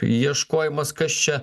ieškojimas kas čia